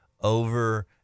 over